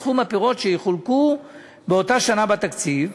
סכום הפירות שיחולקו באותה שנה בתקציב.